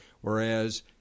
whereas